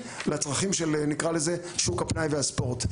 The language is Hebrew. לצרכים של מה שנקרא לזה שוק הפנאי והספורט.